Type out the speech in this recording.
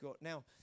Now